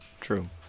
True